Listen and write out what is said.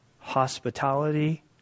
hospitality